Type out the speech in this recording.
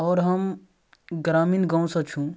आओर हम ग्रामीण गाँव सऽ छी